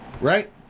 Right